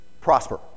prosper